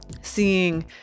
seeing